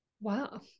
wow